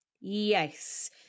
Yes